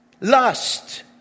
Lust